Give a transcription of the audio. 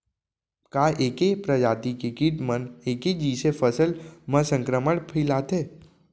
का ऐके प्रजाति के किट मन ऐके जइसे फसल म संक्रमण फइलाथें?